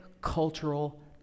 cultural